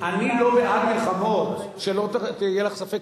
אני לא בעד מלחמות, שלא יהיה לך ספק.